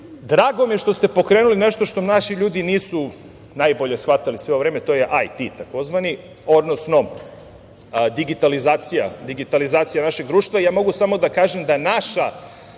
Drago mi je što ste pokrenuli nešto što naši ljudi nisu najbolje shvatali sve ovo vreme, to je tzv. IT, odnosno digitalizacija našeg društva. Mogu samo da kažem da naši